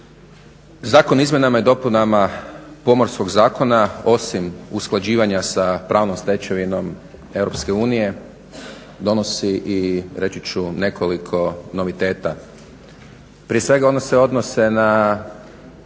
Zakon o izmjenama i dopunama Pomorskog zakona osim usklađivanja sa pravnom stečevinom EU donosi i reći ću nekoliko noviteta. Prije svega oni se odnose na